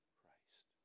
Christ